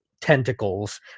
tentacles